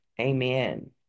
amen